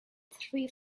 three